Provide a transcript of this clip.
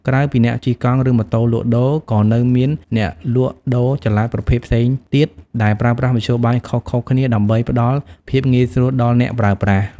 ក្រៅពីអ្នកជិះកង់ ឬម៉ូតូលក់ដូរ ក៏នៅមានអ្នកលក់ដូរចល័តប្រភេទផ្សេងទៀតដែលប្រើប្រាស់មធ្យោបាយខុសៗគ្នា ដើម្បីផ្តល់ភាពងាយស្រួលដល់អ្នកប្រើប្រាស់។